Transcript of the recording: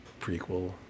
prequel